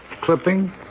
clipping